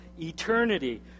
eternity